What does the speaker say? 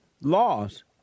laws